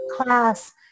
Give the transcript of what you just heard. class